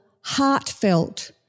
heartfelt